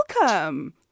Welcome